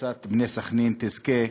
קבוצת "בני סח'נין" תזכה,